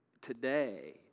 today